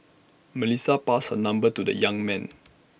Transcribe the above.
Melissa passed her number to the young man